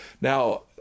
Now